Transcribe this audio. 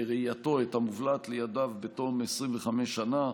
בראייתו, את המובלעת לידיו בתום 25 שנה.